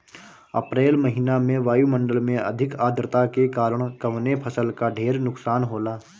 अप्रैल महिना में वायु मंडल में अधिक आद्रता के कारण कवने फसल क ढेर नुकसान होला?